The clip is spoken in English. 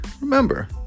remember